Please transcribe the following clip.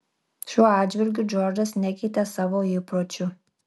šiuo atžvilgiu džordžas nekeitė savo įpročių